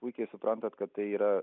puikiai suprantat kad tai yra